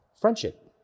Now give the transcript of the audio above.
Friendship